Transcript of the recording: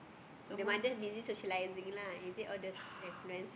the mother busy socializing lah is it all the have plans